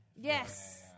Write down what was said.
Yes